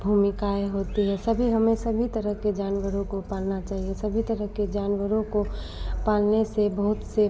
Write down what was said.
भूमिकाएँ होती हैं सभी हमें सभी तरह के जानवरों को पालना चाहिए सभी तरह के जानवरों को पालने से बहुत से